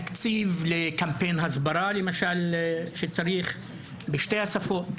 תקציב לקמפיין הסברה למשל שצריך בשתי השפות,